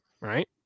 Right